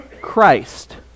Christ